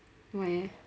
why eh